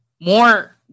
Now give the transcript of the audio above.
More